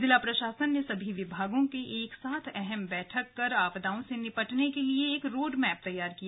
जिला प्रशासन ने सभी विभागों के साथ एक अहम बैठक कर आपदाओं से निपटने के लिए एक रोड मैप तैयार किया